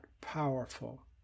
powerful